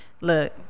Look